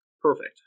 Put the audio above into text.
Perfect